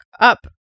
up